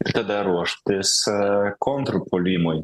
ir tada ruoštis kontrpuolimui